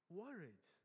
worried